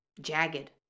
jagged